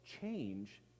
change